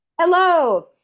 hello